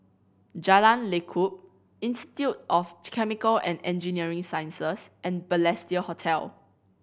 Jalan Lekub Institute of Chemical and Engineering Sciences and Balestier Hotel